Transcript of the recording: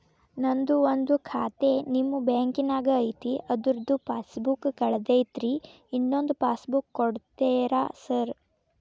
ನಂದು ಒಂದು ಖಾತೆ ನಿಮ್ಮ ಬ್ಯಾಂಕಿನಾಗ್ ಐತಿ ಅದ್ರದು ಪಾಸ್ ಬುಕ್ ಕಳೆದೈತ್ರಿ ಇನ್ನೊಂದ್ ಪಾಸ್ ಬುಕ್ ಕೂಡ್ತೇರಾ ಸರ್?